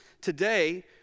Today